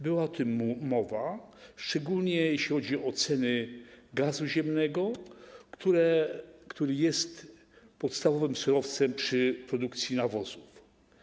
Była o tym mowa, szczególnie jeśli chodzi o ceny gazu ziemnego, który jest podstawowym surowcem przy produkcji nawozów.